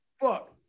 Fuck